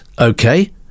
okay